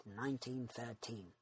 1913